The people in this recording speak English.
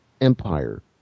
Empire